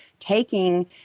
Taking